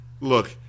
Look